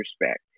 respect